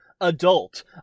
adult